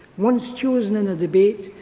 once chosen in a debate,